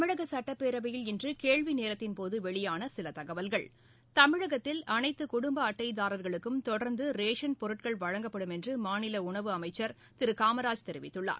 தமிழக சட்டப்பேரவையில் இன்று கேள்வி நேரத்தின் போது வெளியான சில தகவல்கள் தமிழகத்தில் அனைத்து குடும்ப அட்டைதாரர்களுக்கும் தொடர்ந்து ரேஷன் பொருட்கள் வழங்கப்படும் என்று மாநில உணவுத்துறை அமைச்சர் திரு காமராஜ் தெரிவித்துள்ளார்